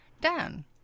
Dan